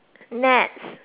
next